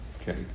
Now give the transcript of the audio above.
Okay